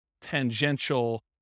tangential